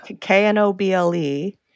K-N-O-B-L-E